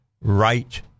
right